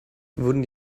wurden